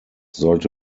sollte